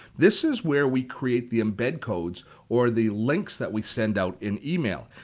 this is where we create the embed codes or the links that we send out in email.